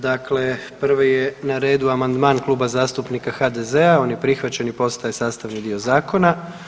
Dakle, prvi je na redu amandman Kluba zastupnika HDZ-a, on je prihvaćen i postaje sastavni dio zakona.